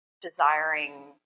desiring